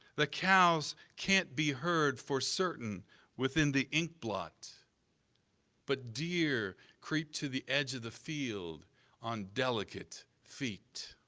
the cows can't be heard for certain within the ink blot but deer creep to the edge of the field on delicate feet.